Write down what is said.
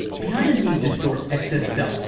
beyond a need to store excess stuff,